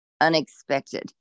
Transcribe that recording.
unexpected